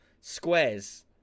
squares